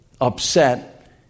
upset